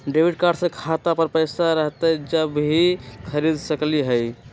Debit card से खाता पर पैसा रहतई जब ही खरीद सकली ह?